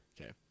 Okay